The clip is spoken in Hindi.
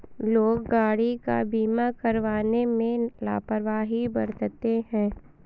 लोग गाड़ी का बीमा करवाने में लापरवाही बरतते हैं